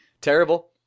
Terrible